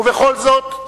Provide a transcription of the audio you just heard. ובכל זאת,